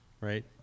right